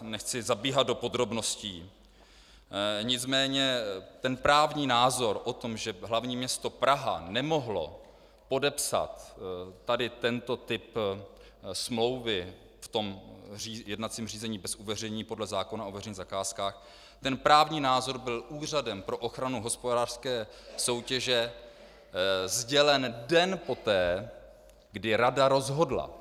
Nechci zabíhat do podrobností, nicméně ten právní názor, že hlavní město Praha nemohlo podepsat tento typ smlouvy v jednacím řízení bez uveřejnění podle zákona o veřejných zakázkách, ten právní názor byl Úřadem pro ochranu hospodářské soutěže sdělen den poté, kdy rada rozhodla.